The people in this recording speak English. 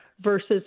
versus